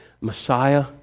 Messiah